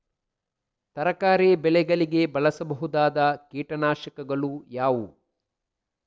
ತರಕಾರಿ ಬೆಳೆಗಳಿಗೆ ಬಳಸಬಹುದಾದ ಕೀಟನಾಶಕಗಳು ಯಾವುವು?